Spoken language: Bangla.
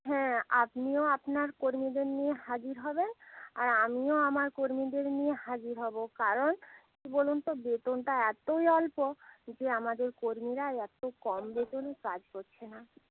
হ্যাঁ আপনিও আপনার কর্মীদের নিয়ে হাজির হবেন আর আমিও আমার কর্মীদের নিয়ে হাজির হব কারণ কী বলুন তো বেতনটা এতই অল্প যে আমাদের কর্মীরা এত কম বেতনে কাজ কচ্ছে না